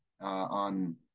on